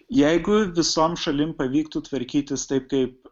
jeigu visom šalim pavyktų tvarkytis taip kaip